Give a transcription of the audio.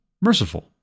merciful